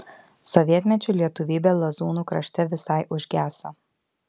sovietmečiu lietuvybė lazūnų krašte visai užgeso